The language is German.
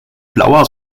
blauer